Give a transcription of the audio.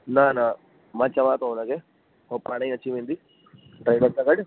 न न मां चवां थो हुन खे हू पाण ई अची वेंदी ड्राइवर सां गॾु